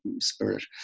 spirit